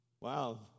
Wow